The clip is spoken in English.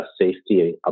safety